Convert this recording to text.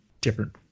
different